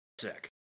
sick